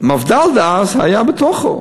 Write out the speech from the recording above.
מפד"ל דאז היה בתוך,